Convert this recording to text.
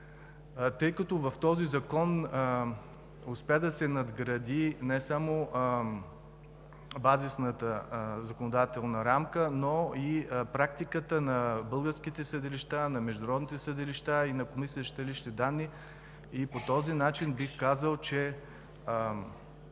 данни. В този закон успя да се надгради не само базисната законодателна рамка, но и практиката на българските съдилища, на международните съдилища и на Комисията за защита на личните данни. Бих казал, че